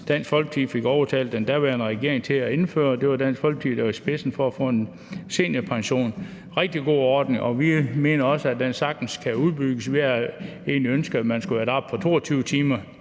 Dansk Folkeparti fik overtalt den daværende regering til at indføre. Det var Dansk Folkeparti, der var i spidsen for at få en seniorpension. Det er en rigtig god ordning, og vi mener også, at den sagtens kan udbygges. Vi ønskede egentlig, at arbejdsevnen